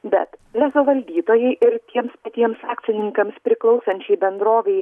bet lezo valdytojai ir tiems patiems akcininkams priklausančiai bendrovei